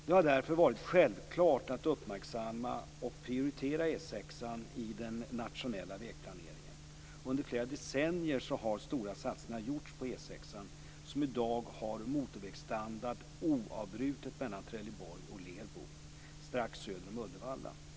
Det har därför varit självklart att uppmärksamma och prioritera E 6:an i den nationella vägplaneringen. Under flera decennier har stora satsningar gjorts på E 6:an som i dag har motorvägsstandard oavbrutet mellan Trelleborg och Lerbo, strax söder om Uddevalla.